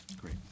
Great